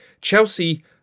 Chelsea